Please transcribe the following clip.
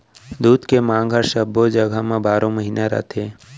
दूद के मांग हर सब्बो जघा म बारो महिना रथे